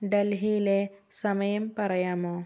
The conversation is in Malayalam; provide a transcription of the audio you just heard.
ഡൽഹിയിലെ സമയം പറയാമോ